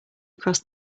across